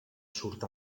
surt